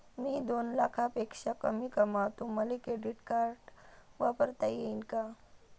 मी दोन लाखापेक्षा कमी कमावतो, मले क्रेडिट कार्ड वापरता येईन का?